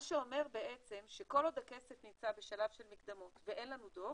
מה שאומר בעצם שכל עוד הכסף נמצא בשלב של מקדמות ואין לנו דוח